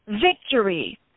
victory